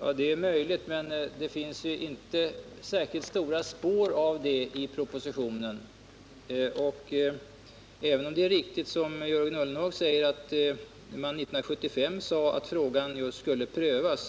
och det är möjligt. Men det finns inte särskilt stora spår av det i propositionen, även om det är riktigt att man 1975 sade att frågan skulle prövas.